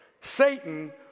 Satan